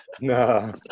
No